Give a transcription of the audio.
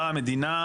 באה המדינה,